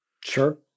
Sure